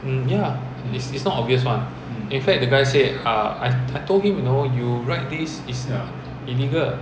um ya it's it's not obvious [one] in fact the guy said err I told him you know you ride this is illegal